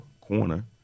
corner